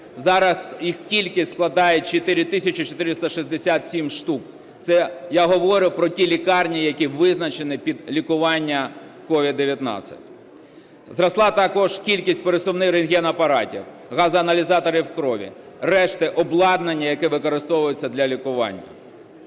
зараз їх кількість складає 4 тисячі 467 штук. Це я говорю про ті лікарні, які визначені під лікування COVID-19. Зросла також кількість пересувних рентген апаратів, газоаналізаторів крові, решти обладнання, яке використовується для лікування.